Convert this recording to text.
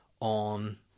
on